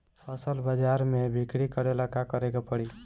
फसल बाजार मे बिक्री करेला का करेके परी?